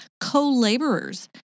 co-laborers